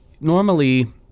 normally